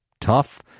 tough